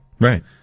Right